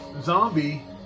Zombie